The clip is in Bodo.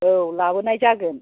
औ लाबोनाय जागोन